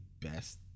best